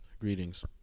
Greetings